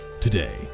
today